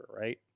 right